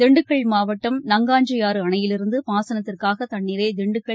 தின்டுக்கல் மாவட்டம் நங்காஞ்சியாறுஅணையிலிருந்தபாசனத்திற்காகதண்ணீரைதிண்டுக்கல்